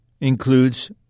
includes